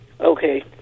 Okay